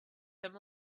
him